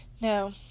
No